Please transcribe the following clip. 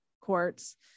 courts